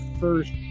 first